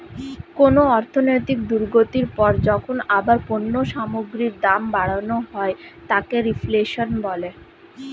কোনো অর্থনৈতিক দুর্গতির পর যখন আবার পণ্য সামগ্রীর দাম বাড়ানো হয় তাকে রিফ্লেশন বলে